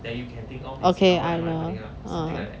okay I know ah